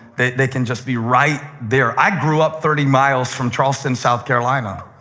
they they can just be right there. i grew up thirty miles from charleston, south carolina.